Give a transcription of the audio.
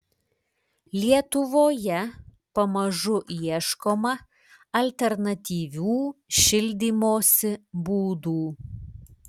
lietuvoje pamažu ieškoma alternatyvių šildymosi būdų